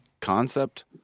concept